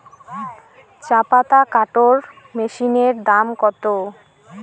চাপাতা কাটর মেশিনের দাম কত?